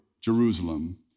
Jerusalem